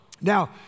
Now